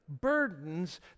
Burdens